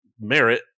merit